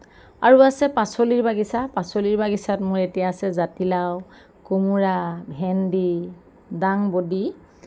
আৰু আছে পাচলিৰ বাগিছা পাচলিৰ বাগিছাত মোৰ এতিয়া আছে জাতিলাউ কোমোৰা ভেন্দী ডাংবডী